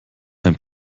ein